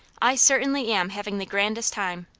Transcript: i certainly am having the grandest time.